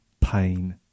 pain